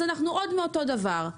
אנחנו עוד מאותו דבר.